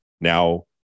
now